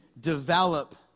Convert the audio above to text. develop